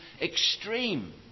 extreme